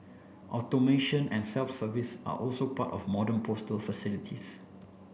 automation and self service are also part of modern postal facilities